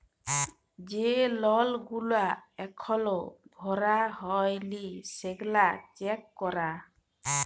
যে লল গুলা এখল ভরা হ্যয় লি সেগলা চ্যাক করা